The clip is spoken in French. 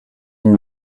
une